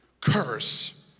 curse